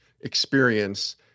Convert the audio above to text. experience